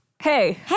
Hey